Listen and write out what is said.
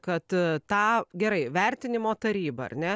kad tą gerai vertinimo taryba ar ne